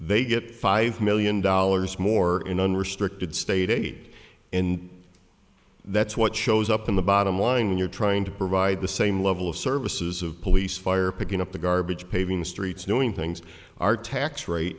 they get five million dollars more in unrestricted state aid and that's what shows up in the bottom line when you're trying to provide the same level of services of police fire picking up the garbage paving the streets knowing things are tax rate